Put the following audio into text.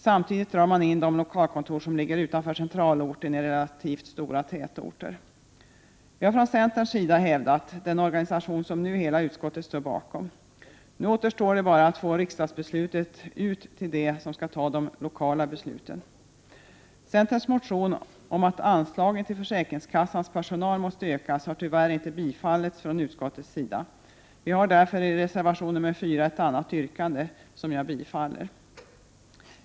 Samtidigt drar man in de lokalkontor som ligger utanför centralorten i relativt stora tätorter. Vi har från centerns sida hävdat den organisation som hela utskottet står bakom. Nu återstår det bara att få riksdagsbeslutet ut till dem som skall ta de lokala besluten. Centerns motion om att anslagen till försäkringskassans personal måste ökas har tyvärr inte tillstyrkts av utskottet. Vi har därför i reservation nr 4 ett annat yrkande, som jag yrkar bifall till.